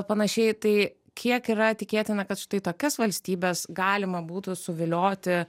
panašiai tai kiek yra tikėtina kad štai tokias valstybes galima būtų suvilioti